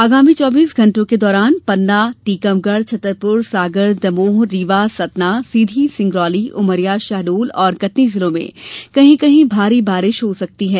आगामी चौबीस घण्टों के दौरान पन्ना टीकमगढ़ छतरपुर सागर दमोह रीवा सतना सीधी सिंगरौली उमरिया शहडोल और कटनी जिलों में कहीं कहीं भारी बारिश हो सकती है